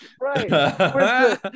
right